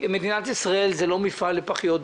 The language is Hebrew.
שאול, שמדינת ישראל היא לא מפעל לפחיות בירה,